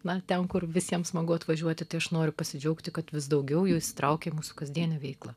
na ten kur visiem smagu atvažiuoti tai aš noriu pasidžiaugti kad vis daugiau jų įsitraukia į mūsų kasdienę veiklą